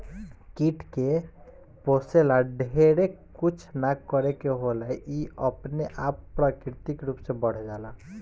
कीट के पोसे ला ढेरे कुछ ना करे के होला इ अपने आप प्राकृतिक रूप से बढ़ जाला